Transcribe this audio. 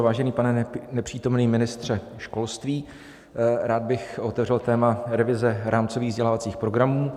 Vážený pane nepřítomný ministře školství, rád bych otevřel téma revize rámcových vzdělávacích programů.